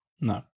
No